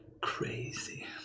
Crazy